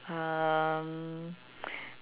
um